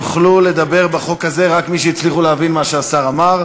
יוכלו לדבר בחוק הזה רק מי שהצליחו להבין מה שהשר אמר.